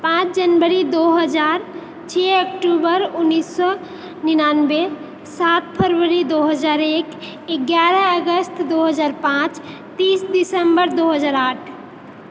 पाँच जनवरी दू हजार छओ अक्टूबर उन्नैस सए निनानबे सात फरवरी दू हजार एक एगारह अगस्त दू हजार पाँच तीस दिसम्बर दू हजार आठ